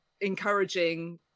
encouraging